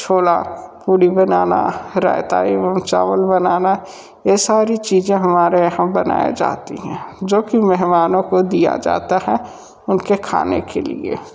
छोला पूड़ी बनाना रायता एवं चावल बनाना ये सारी चीज़ें हमारे यहाँ बनाए जाती हैं जो कि मेहमानों को दिया जाता है उनके खाने के लिए